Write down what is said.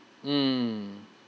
mm